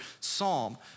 psalm